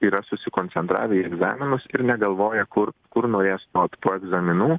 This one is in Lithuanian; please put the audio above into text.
yra susikoncentravę į egzaminus ir negalvoja kur kur norės stot po egzaminų